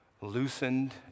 loosened